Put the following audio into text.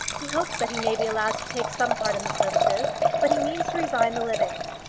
he hopes that he may be allowed to take some part in the services but he means to resign the living.